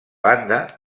banda